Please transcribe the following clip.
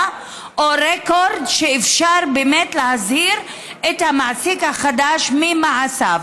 או רקורד שאפשר באמת להזהיר את המעסיק החדש ממעשיו.